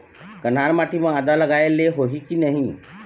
कन्हार माटी म आदा लगाए ले होही की नहीं?